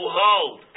hold